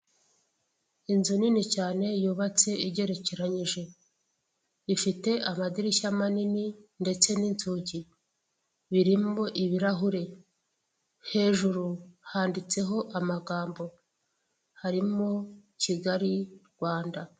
Inzu nini cyane yubatse igerekeranyije ifite amadirishya manini ndetse n'inzugi birimo ibirahure, hejuru handitseho amagambo harimo Kigali Rwanda.